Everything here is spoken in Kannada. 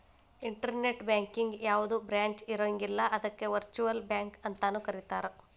ಇನ್ಟರ್ನೆಟ್ ಬ್ಯಾಂಕಿಗೆ ಯಾವ್ದ ಬ್ರಾಂಚ್ ಇರಂಗಿಲ್ಲ ಅದಕ್ಕ ವರ್ಚುಅಲ್ ಬ್ಯಾಂಕ ಅಂತನು ಕರೇತಾರ